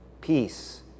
peace